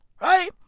Right